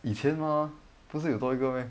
以前 mah 不是有多一个 meh